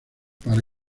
para